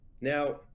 Now